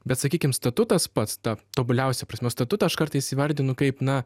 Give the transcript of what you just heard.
bet sakykim statutas pats ta tobuliausia prasme statutą aš kartais įvardinu kaip na